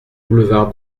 boulevard